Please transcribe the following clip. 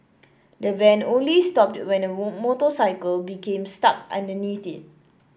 the van only stopped when a motorcycle became stuck underneath it